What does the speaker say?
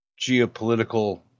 geopolitical